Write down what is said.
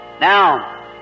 Now